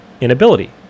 inability